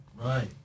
Right